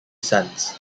sons